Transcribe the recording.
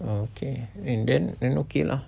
oh okay and then then okay lah